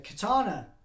Katana